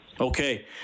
okay